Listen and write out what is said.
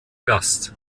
gast